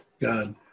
God